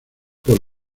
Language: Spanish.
por